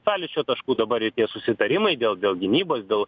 sąlyčio taškų dabar ir tie susitarimai dėl dėl gynybos dėl